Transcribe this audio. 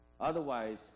Otherwise